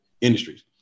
Industries